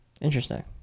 interesting